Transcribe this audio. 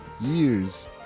years